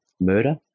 murder